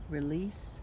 Release